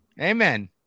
Amen